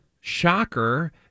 shocker